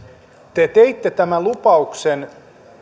te teitte tämän lupauksen